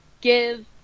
give